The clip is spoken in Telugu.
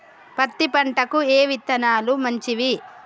పత్తి పంటకి ఏ విత్తనాలు మంచివి?